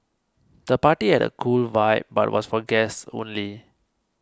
the party had a cool vibe but was for guests only